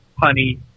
honey